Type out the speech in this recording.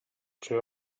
czy